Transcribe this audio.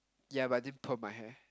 yeah but I didn't perm my hair